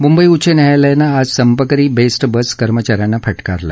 मुंबई उच्च न्यायालयानं आज संपकरी बेस्ट बस कर्मचा यांना फटकारलं